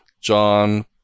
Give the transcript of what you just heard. John